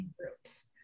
groups